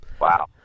Wow